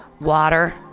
Water